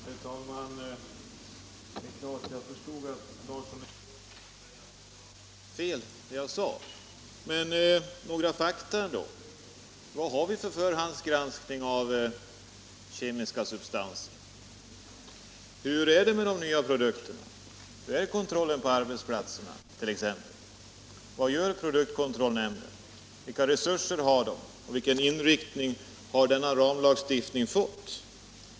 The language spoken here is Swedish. Herr talman! Jag förstod att herr "Larsson i Borrby skulle säga att det jag sade var fel. Men låt mig då lämna några fakta. Vad har vi för förhandsgranskning av kemiska substanser? Hur är det med de nya produkterna? Hur sker kontrollen på arbetsplatserna t.ex.? Vad gör produktkontrollnämnden? Vilka resurser har den? Vilken inriktning har ramlagstiftningen fått?